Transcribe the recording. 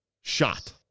shot